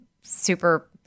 super